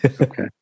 Okay